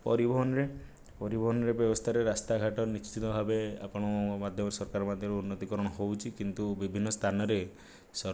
ପରିବହନରେ ପରିବହନ ବ୍ୟବସ୍ତାରେ ରାସ୍ତାଘାଟ ନିଶ୍ଚିନ୍ତ ଭାବେ ଆପଣ ମାଧ୍ୟମରେ ସରକାର ମାଧ୍ୟମରେ ଉନ୍ନତିକରଣ ହେଉଛି କିନ୍ତୁ ବିଭିନ୍ନ ସ୍ଥାନରେ ସରକାରଙ୍କ